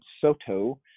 Soto